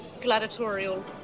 gladiatorial